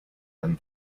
than